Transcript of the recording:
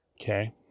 Okay